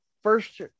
First